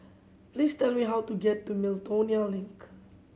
please tell me how to get to Miltonia Link